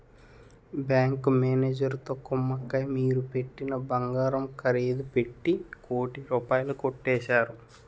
bank మేనేజరుతో కుమ్మక్కై మీరు పెట్టిన బంగారం ఖరీదు పెట్టి కోటి రూపాయలు కొట్టేశారు